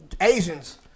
Asians